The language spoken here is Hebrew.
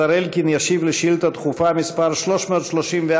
השר אלקין ישיב על שאילתה דחופה מס' 334,